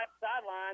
sideline